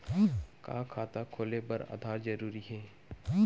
का खाता खोले बर आधार जरूरी हे?